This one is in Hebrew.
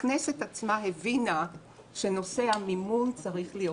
הכנסת עצמה הבינה שנושא המימון צריך להיות